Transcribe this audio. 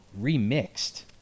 remixed